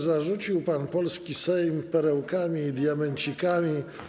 Zarzucił pan polski Sejm perełkami i diamencikami.